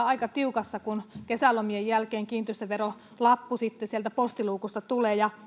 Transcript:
aika tiukassa kun kesälomien jälkeen kiinteistöverolappu sitten sieltä postiluukusta tulee ja